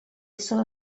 sono